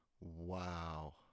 wow